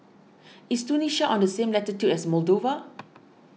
is Tunisia on the same latitude as Moldova